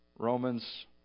Romans